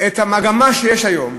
המגמה שיש היום,